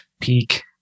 peak